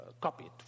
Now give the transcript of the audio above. copied